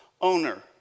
owner